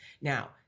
Now